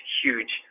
huge